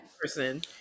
person